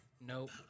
Nope